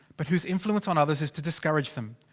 but whose influence on others is to discourage them.